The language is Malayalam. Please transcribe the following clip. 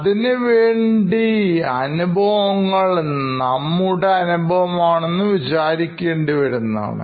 അതിനുവേണ്ടി അനുഭവങ്ങൾ നമ്മുടെ അനുഭവം ആണെന്ന് വിചാരിക്കേണ്ടി വരുന്നതാണ്